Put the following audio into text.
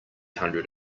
hundred